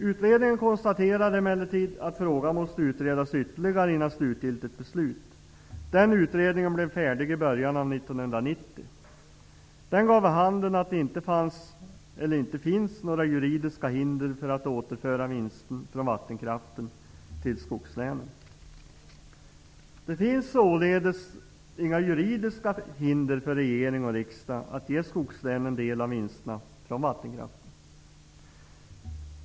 Utredningen konstaterade emellertid att frågan måste utredas ytterligare innan slutgiltigt beslut kan fattas. Den utredningen blev klar i början av 1990. Den gav vid handen att det inte finns några juridiska hinder för att återföra vinsten från vattenkraften till skogslänen. Det finns således inga juridiska hinder för regering och riksdag att ge skogslänen del i vinsterna från vattenkraften.